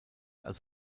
als